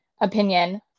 opinion